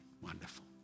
wonderful